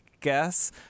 guess